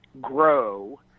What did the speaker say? grow